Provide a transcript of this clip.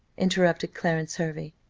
interrupted clarence hervey,